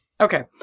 Okay